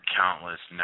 countless